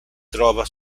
trova